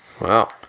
Wow